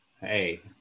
Hey